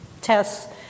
tests